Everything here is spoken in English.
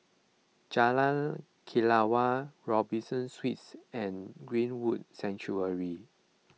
Jalan Kelawar Robinson Suites and Greenwood